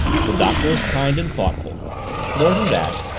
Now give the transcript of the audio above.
the doctor was kind and thoughtful more than that,